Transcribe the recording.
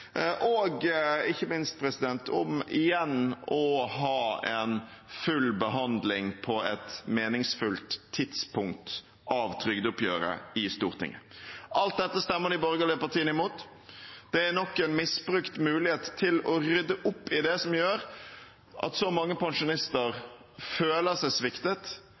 og ikke minst om igjen å ha en full behandling av trygdeoppgjøret på et meningsfullt tidspunkt i Stortinget. Alt dette stemmer de borgerlige partiene imot. Det er nok en misbrukt mulighet til å rydde opp i det som gjør at så mange pensjonister føler seg sviktet